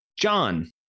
John